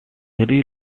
three